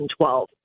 2012